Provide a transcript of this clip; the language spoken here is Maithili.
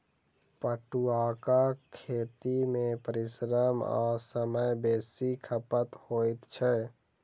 पटुआक खेती मे परिश्रम आ समय बेसी खपत होइत छै